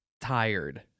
tired